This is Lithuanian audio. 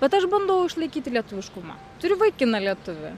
bet aš bandau išlaikyti lietuviškumą turiu vaikiną lietuvį